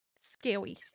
scary